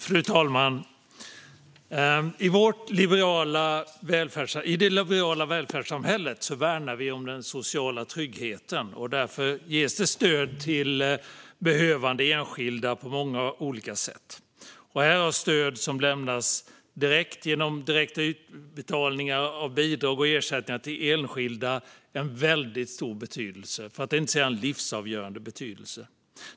Fru talman! I det liberala välfärdssamhället värnar vi om den sociala tryggheten, och därför ges det stöd till behövande enskilda på många olika sätt. Här har stöd som lämnas genom direkta utbetalningar av bidrag och ersättningar till enskilda en väldigt stor betydelse, för att inte säga en livsavgörande betydelse.